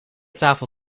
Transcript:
tafel